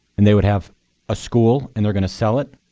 and they would have a school and they're going to sell it.